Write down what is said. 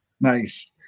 nice